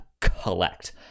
collect